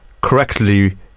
correctly